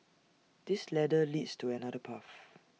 this ladder leads to another path